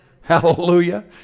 Hallelujah